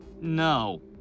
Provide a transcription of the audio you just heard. no